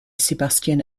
sebastian